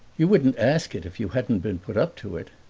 you wouldn't ask it if you hadn't been put up to it.